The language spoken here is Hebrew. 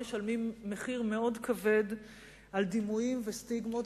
משלמים מחיר מאוד כבד על דימויים וסטיגמות,